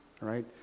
right